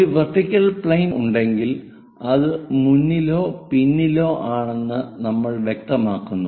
ഒരു vertical plane ഉണ്ടെങ്കിൽ അത് മുന്നിലോ പിന്നിലോ ആണെന്ന് നമ്മൾ വ്യക്തമാക്കുന്നു